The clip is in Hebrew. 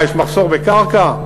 מה, יש מחסור בקרקע?